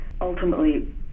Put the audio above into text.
ultimately